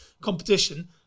competition